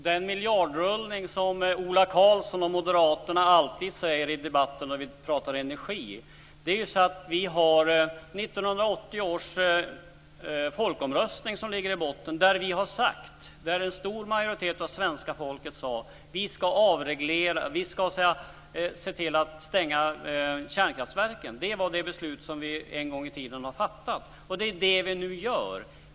Fru talman! Ola Karlsson och Moderaterna talar alltid om miljardrullning när vi diskuterar energi. I botten ligger 1980-års folkomröstning. Där sade en stor majoritet av svenska folket: Vi ska se till att stänga kärnkraftverken. Det är det beslut som vi en gång i tiden har fattat. Det är det vi nu genomför.